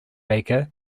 baker